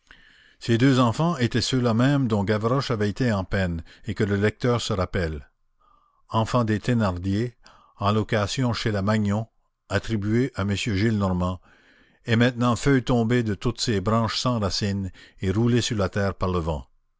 ces deux enfants étaient ceux-là mêmes dont gavroche avait été en peine et que le lecteur se rappelle enfants des thénardier en location chez la magnon attribués à m gillenormand et maintenant feuilles tombées de toutes ces branches sans racines et roulées sur la terre par le vent